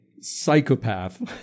psychopath